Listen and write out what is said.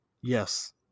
Yes